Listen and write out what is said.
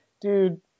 dude